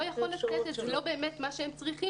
יכול לתת את זה כי זה לא באמת מה שהם צריכים.